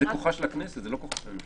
זה כוחה של הכנסת, זה לא כוחה של הממשלה.